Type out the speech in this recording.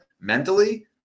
mentally